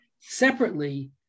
Separately